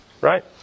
right